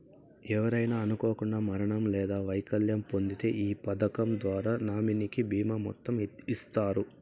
ఎవరైనా అనుకోకండా మరణం లేదా వైకల్యం పొందింతే ఈ పదకం ద్వారా నామినీకి బీమా మొత్తం ఇస్తారు